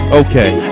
okay